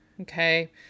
Okay